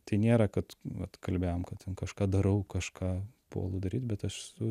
tai nėra kad vat kalbėjom kad ten kažką darau kažką puolu daryt bet aš su